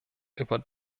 über